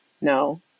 No